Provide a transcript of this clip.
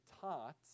taught